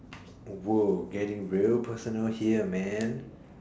!woah! getting real personal here man